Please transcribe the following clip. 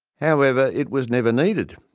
however, it was never needed,